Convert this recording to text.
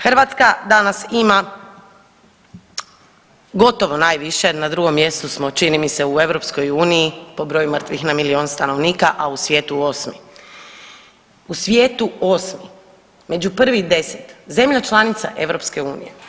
Hrvatska danas ima gotovo najviše, na drugom mjestu smo čini mi se u EU po broju mrtvih na milijun stanovnika, a u svijetu osmi, u svijetu osmi, među prvih 10, zemlja članica EU.